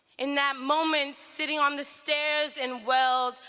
in that moment, sitting on the stairs in weld,